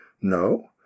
No